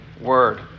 word